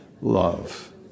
love